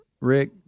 Rick